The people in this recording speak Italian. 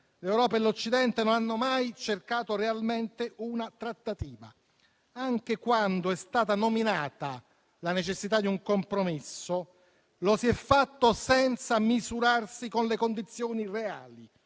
L'Europa e l'Occidente non hanno mai cercato realmente una trattativa. Anche quando è stata nominata la necessità di un compromesso, lo si è fatto senza misurarsi con le condizioni reali.